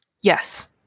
Yes